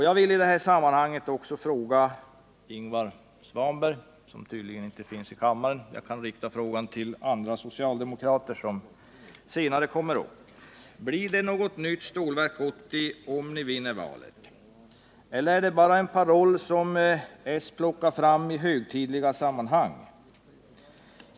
Jag vill fråga Ingvar Svanberg, men han finns tydligen inte i kammaren, så jag riktar frågan till andra socialdemokrater som senare kommer upp i talarstolen: Blir det något nytt Stålverk 80, om ni vinner valet? Eller är det bara en paroll som socialdemokraterna plockar fram i högtidliga sammanhang?